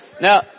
Now